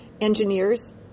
engineers